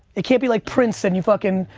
it can't be like prince and you fuckin',